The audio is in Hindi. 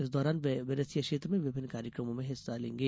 इस दौरान वे बैरसिया क्षेत्र में विभिन्न कार्यक्रमों में हिस्सा लेंगे